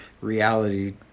reality